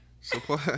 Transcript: Support